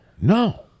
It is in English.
no